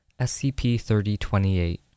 SCP-3028